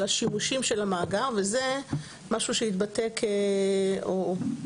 השימושים של המאגר וזה משהו שהתבטא כחולשה,